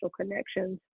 connections